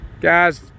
Guys